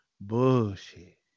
bullshit